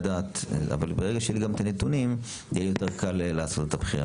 אבל ברגע שיהיו לי גם את הנתונים יהיה יותר קל לעשות את הבחירה.